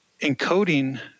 encoding